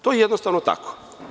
To je jednostavno tako.